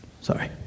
Sorry